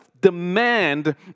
demand